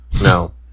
no